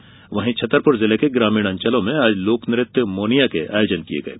उधर वहीं छतरपुर जिले के ग्रामीण अंचलो में आज लोकनत्य मोनिया के आयोजन किये गये